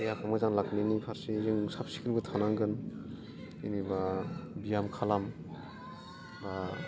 देहाखौ मोजां लाखिनायनि फारसे जों साब सिखोनबो थानांगोन जेनेबा बियाम खालाम बा